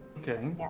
Okay